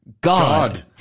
God